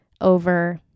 over